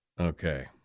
Okay